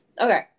Okay